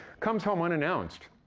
comes home unannounced.